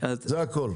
זה הכל.